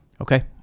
Okay